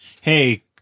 hey